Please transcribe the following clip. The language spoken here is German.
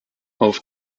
auf